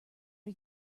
are